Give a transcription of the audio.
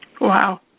Wow